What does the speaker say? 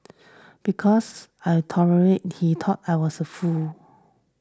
because I tolerated he thought I was fool